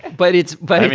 but it's but